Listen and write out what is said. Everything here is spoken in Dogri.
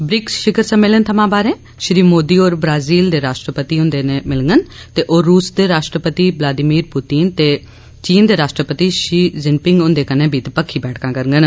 ब्रिक्स शिखर सम्मेलन थमां बाहरें श्री मोदी होर ब्राजील दे राष्ट्रपति हुंदे नै मिलङन ते ओह रूस दे राष्ट्रपति व्लादिमीर पुतिन ते चीन दे राष्ट्रपति शी जिनपिंग हंदे कन्नै बी दपक्खी बैठकां करडन